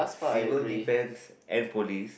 civil defence and police